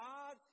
God